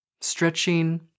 stretching